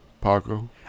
Paco